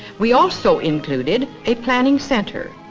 we also included a planning center.